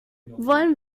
wollen